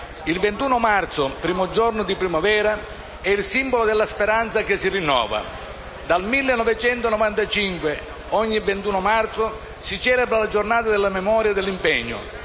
Il 21 marzo, primo giorno di primavera, è il simbolo della speranza che si rinnova. Dal 1995 ogni 21 marzo si celebra la Giornata della memoria e dell'impegno: